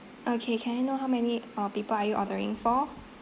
okay can I know how many uh people are you ordering for